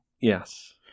Yes